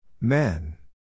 Men